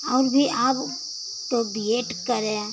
और भी अब तो बी एड करे